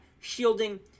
shielding